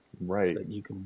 Right